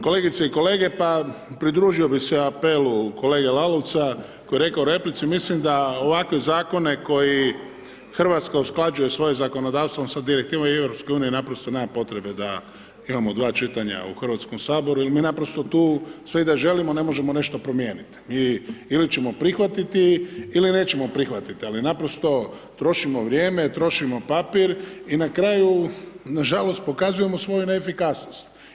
Kolegice i kolege, pa pridružio bi se apelu kolege Lalovca koji je rekao u replici, mislim da ovakve zakone koji Hrvatska usklađuje svoje zakonodavstvom sa direktivom EU naprosto nema potrebe da imamo dva čitanja u HS-u jer mi naprosto tu, sve i da želimo ne možemo nešto promijeniti i ili ćemo prihvatiti ili nećemo prihvatiti, ali naprosto trošimo vrijeme, trošimo papir, i na kraju na žalost pokazujemo svoju neefikasnost.